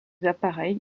appareils